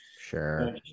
Sure